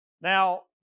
Now